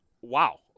wow